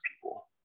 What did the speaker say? people